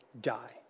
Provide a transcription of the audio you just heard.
die